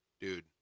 dude